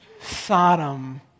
Sodom